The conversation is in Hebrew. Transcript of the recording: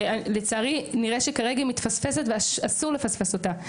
שלצערי נראה שכרגע מתפספסת ואסור לפספס אותה,